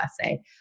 essay